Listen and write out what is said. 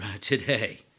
today